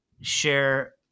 share